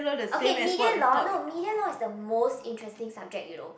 okay media law no media law is the most interesting subject you know